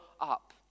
up